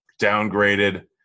downgraded